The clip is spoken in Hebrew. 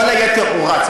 כל היתר רץ.